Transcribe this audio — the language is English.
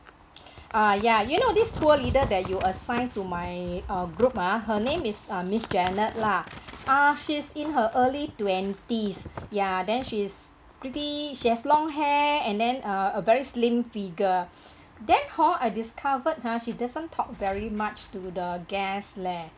ah ya you know this tour leader that you assign to my uh group ah her name is uh miss janet lah ah she's in her early twenties ya then she's pretty she has long hair and then uh a very slim figure that hor I discovered ha she doesn't talk very much to the guest leh